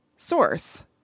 source